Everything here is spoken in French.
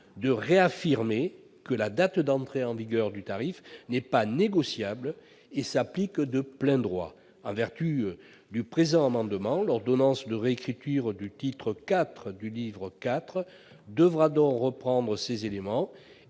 de réaffirmer que la date d'entrée en vigueur du tarif n'est pas négociable et s'applique de plein droit. En vertu du présent amendement, l'ordonnance de réécriture du titre IV du livre IV du code de commerce devra donc reprendre ces éléments,